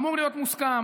זה אמור להיות מוסכם.